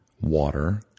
Water